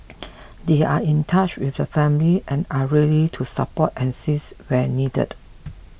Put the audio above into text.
they are in touch with the family and are really to support and assist where needed